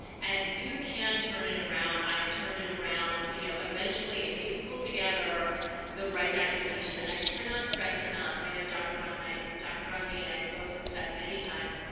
and you can turn it around. i've turned it around. you know eventually if you pull together the right documentation. and i cannot stress enough. i know dr. um and i know dr. ramani and i both have said many times,